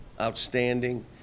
outstanding